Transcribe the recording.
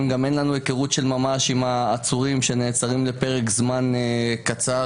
גם אין לנו הכרות של ממש עם העצורים שנעצרים לפרק זמן קצר.